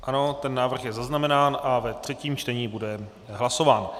Ano, ten návrh je zaznamenán a ve třetím čtení bude hlasován.